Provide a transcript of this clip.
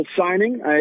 signing